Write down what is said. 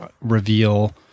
reveal